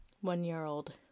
One-year-old